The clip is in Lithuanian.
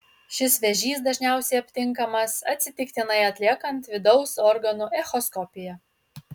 šis vėžys dažniausiai aptinkamas atsitiktinai atliekant vidaus organų echoskopiją